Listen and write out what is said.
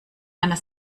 einer